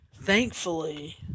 thankfully